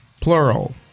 plural